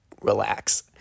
relax